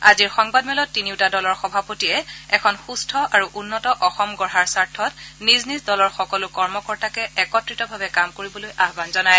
আজিৰ সংবাদমেলত তিনিওটা দলৰ সভাপতিয়ে এখন সূস্থ আৰু উন্নত অসম গঢ়াৰ স্বাৰ্থত নিজ নিজ দলৰ সকলো কৰ্মকৰ্তাকে একত্ৰিতভাবে কাম কৰিবলৈ আহান জনায়